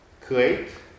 create